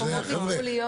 חבר'ה,